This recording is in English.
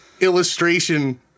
illustration